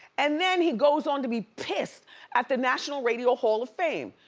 and then he goes on to be pissed at the national radio hall of fame.